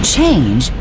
Change